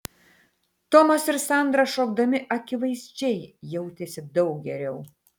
tomas ir sandra šokdami akivaizdžiai jautėsi daug geriau